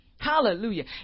Hallelujah